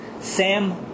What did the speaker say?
Sam